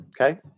okay